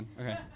Okay